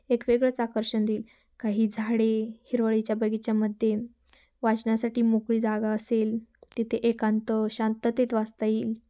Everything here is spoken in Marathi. एक वेगळंच आकर्षण देईल काही झाडे हिरवळीच्या बगिचामध्ये वाचण्यासाठी मोकळी जागा असेल तिथे एकांत शांततेत वाचता येईल